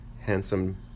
handsome